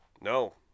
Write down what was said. No